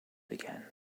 again